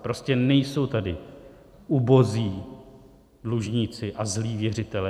Prostě nejsou tady ubozí dlužníci a zlí věřitelé.